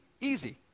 easy